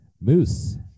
Moose